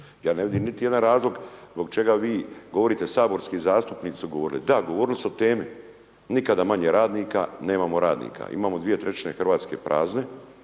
ja ne vidim niti jedan razlog zbog čega vi govorite, saborski zastupnici su govorili, da, govorili su o temi, nikada manje radnika, nemamo radnika, imamo 2/3 Hrvatske prazne